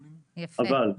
הבנתי, יפה.